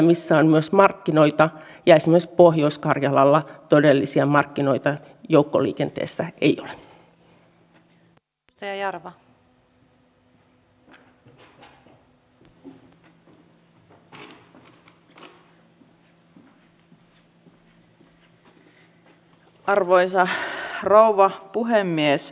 luottamus on tunne ja varmuus siitä että johonkuhun tai johonkin voi luottaa tai että joku tai jokin ei aiheuta pettymystä